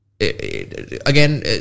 again